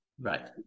Right